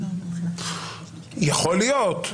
יכול להיות.